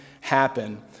happen